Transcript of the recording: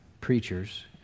preachers